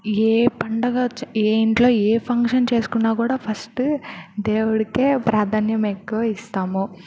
ఏ పండగ వ ఏ ఇంట్లో ఏ ఫంక్షన్ చేసుకున్నా కూడా ఫస్ట్ దేవుడికే ప్రాధాన్యం ఎక్కువ ఇస్తాము